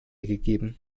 gegeben